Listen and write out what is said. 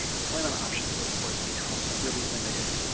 employment options, of course, become really limited.